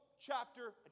chapter